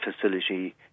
facility